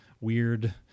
weird